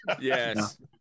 yes